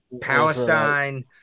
Palestine